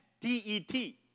T-E-T